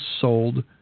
sold